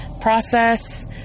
process